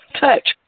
touch